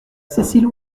cécile